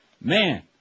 man